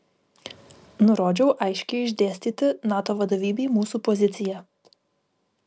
nurodžiau aiškiai išdėstyti nato vadovybei mūsų poziciją